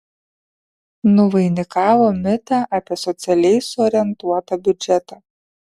nuvainikavo mitą apie socialiai suorientuotą biudžetą